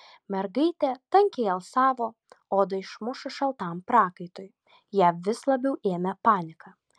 mergaitė tankiai alsavo odą išmušus šaltam prakaitui ją vis labiau ėmė panika